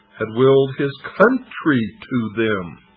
had willed his country to them